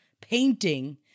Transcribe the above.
painting